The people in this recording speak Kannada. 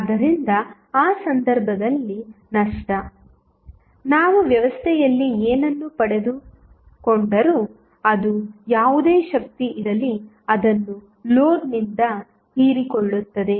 ಆದ್ದರಿಂದ ಆ ಸಂದರ್ಭದಲ್ಲಿ ನಷ್ಟ ನಾವು ವ್ಯವಸ್ಥೆಯಲ್ಲಿ ಏನನ್ನು ಪಡೆದುಕೊಂಡರೂ ಅದು ಯಾವುದೇ ಶಕ್ತಿ ಇರಲಿ ಅದನ್ನು ಲೋಡ್ ನಿಂದ ಹೀರಿಕೊಳ್ಳುತ್ತದೆ